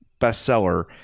bestseller